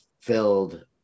filled